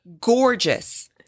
gorgeous